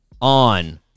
on